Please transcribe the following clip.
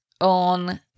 on